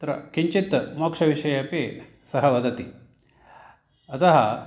अत्र किञ्चित् मोक्षविषये अपि सः वदति अतः